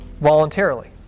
voluntarily